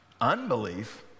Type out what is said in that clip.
Unbelief